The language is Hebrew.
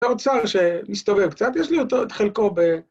זה אוצר שמסתובב קצת, יש לי אותו, את חלקו ב...